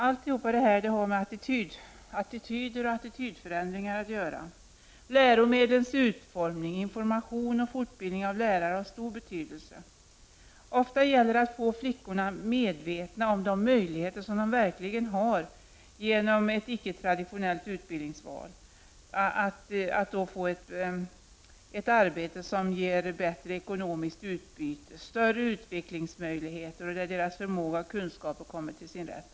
Allt detta har med attityder och attitydförändringar att göra. Läromedlens utformning, information och fortbildning av lärare har stor betydelse. Ofta gäller det att få flickorna medvetna om de möjligheter de har att genom ett icke-traditionellt utbildningsval få ett arbete, som ger bättre ekonomiskt utbyte, större utvecklingsmöjligheter, och där deras förmåga och kunskaper kommer till sin rätt.